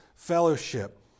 fellowship